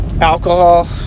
alcohol